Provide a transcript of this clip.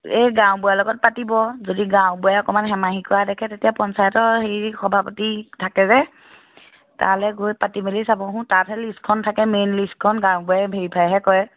এই গাওঁবুঢ়াৰ লগত পাতিব যদি গাওঁবুঢ়াই অকণমান হেমাহি কৰা দেখে তেতিয়া পঞ্চায়তৰ হেৰি সভাপতি থাকে যে তালৈ গৈ পাতি মেলি চাবচোন তাতহে লিষ্টখন থাকে মেইন লিষ্টখন গাওঁবুঢ়াই ভেৰিফাইহে কৰে